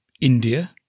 India